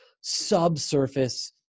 subsurface